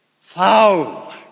Foul